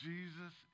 Jesus